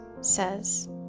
says